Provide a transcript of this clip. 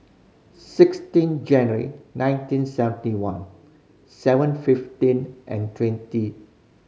sixteen January nineteen seventy one seven fifteen and twenty